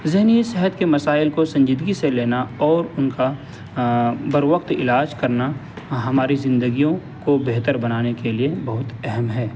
ذہنی صحت کے مسائل کو سنجیدگی سے لینا اور ان کا بر وقت علاج کرنا ہماری زندگیوں کو بہتر بنانے کے لیے بہت اہم ہے